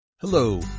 Hello